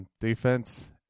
defense